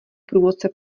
průvodce